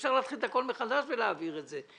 אפשר להתחיל את הכול מחדש ולהעביר את זה.